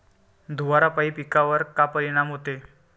धुवारापाई पिकावर का परीनाम होते?